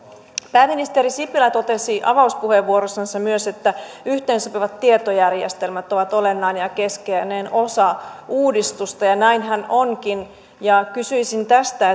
pääministeri sipilä totesi avauspuheenvuorossaan myös että yhteensopivat tietojärjestelmät ovat olennainen ja keskeinen osa uudistusta ja näinhän onkin kysyisin tästä